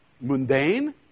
mundane